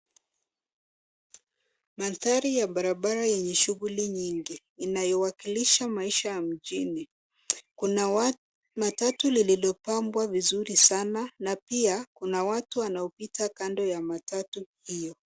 Mandhari ya barabara yenye shughuli nyingi inayowakilisha maisha ya mjini. Kuna matatu lililopambwa vizuri sana na pia kuna watu wanaopita kando ya matatu hiyo.